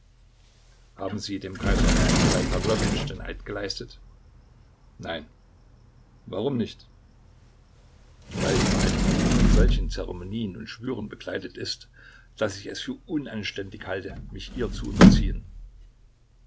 haben sie dem kaiser nikolai pawlowitsch den eid geleistet nein warum nicht weil die vereidigung von solchen zeremonien und schwüren begleitet ist daß ich es für unanständig halte mich ihr zu unterziehen